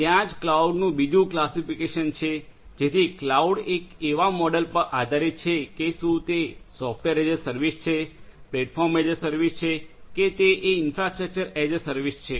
ત્યાં જ કલાઉડનું બીજું વર્ગીકરણ છે જેથી ક્લાઉડ એક એવા મોડેલ પર આધારીત છે કે શું તે સોફ્ટવેર એઝ એ સર્વિસ છે પ્લેટફોર્મ એઝ એ સર્વિસ છે કે તે ઇન્ફ્રાસ્ટ્રક્ચર એઝ એ સર્વિસ છે